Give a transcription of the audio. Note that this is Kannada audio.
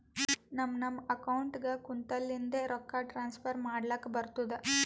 ನಮ್ ನಮ್ ಅಕೌಂಟ್ಗ ಕುಂತ್ತಲಿಂದೆ ರೊಕ್ಕಾ ಟ್ರಾನ್ಸ್ಫರ್ ಮಾಡ್ಲಕ್ ಬರ್ತುದ್